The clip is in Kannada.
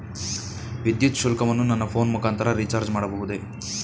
ವಿದ್ಯುತ್ ಶುಲ್ಕವನ್ನು ನನ್ನ ಫೋನ್ ಮುಖಾಂತರ ರಿಚಾರ್ಜ್ ಮಾಡಬಹುದೇ?